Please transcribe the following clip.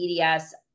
EDS